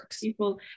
people